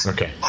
Okay